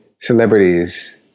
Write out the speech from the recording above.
celebrities